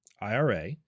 IRA